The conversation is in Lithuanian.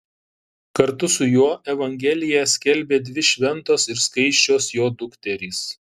kartu su juo evangeliją skelbė dvi šventos ir skaisčios jo dukterys